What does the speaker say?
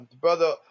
brother